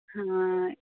ಹಾಂ